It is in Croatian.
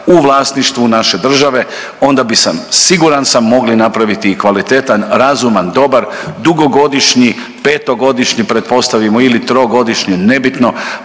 u vlasništvu naše države onda bismo siguran sam mogli napraviti i kvalitetan, razuman, dobar dugogodišnji, petogodišnji pretpostavimo ili trogodišnji nebitno